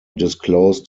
disclosed